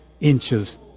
inches